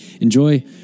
enjoy